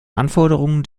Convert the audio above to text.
anforderungen